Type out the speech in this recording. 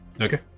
Okay